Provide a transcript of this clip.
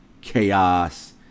chaos